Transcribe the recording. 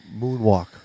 moonwalk